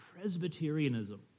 Presbyterianism